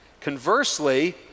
Conversely